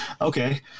Okay